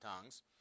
tongues